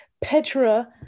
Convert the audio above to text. Petra